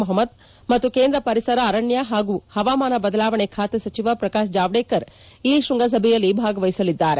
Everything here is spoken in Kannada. ಮೊಹಮದ್ ಮತ್ತು ಕೇಂದ್ರ ಪರಿಸರ ಅರಣ್ಯ ಹಾಗೂ ಪವಾಮಾನ ಬದಲಾವಣೆ ಖಾತೆ ಸಚಿವ ಪ್ರಕಾಶ್ ಜಾವಡೇಕರ್ ಈ ಶೃಂಗಸಭೆಯಲ್ಲಿ ಭಾಗವಹಿಸಲಿದ್ದಾರೆ